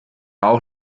auch